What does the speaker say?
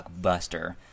blockbuster